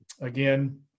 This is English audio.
again